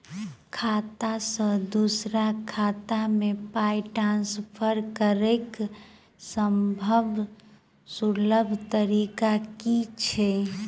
खाता सँ दोसर खाता मे पाई ट्रान्सफर करैक सभसँ सुलभ तरीका की छी?